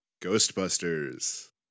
Ghostbusters